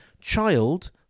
Child